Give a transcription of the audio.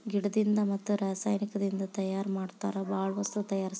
ಗಿಡದಿಂದ ಮತ್ತ ರಸಾಯನಿಕದಿಂದ ತಯಾರ ಮಾಡತಾರ ಬಾಳ ವಸ್ತು ತಯಾರಸ್ತಾರ